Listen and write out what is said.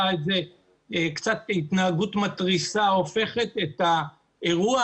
הם לפעמים התנהגות מתריסה שהופכת את האירוע